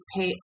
pay